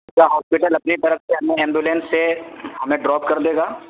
کیا ہاسپٹل اپنی طرف سے ہمیں ایمبولینس سے ہمیں ڈراپ کر دے گا